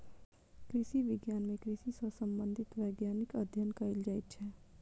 कृषि विज्ञान मे कृषि सॅ संबंधित वैज्ञानिक अध्ययन कयल जाइत छै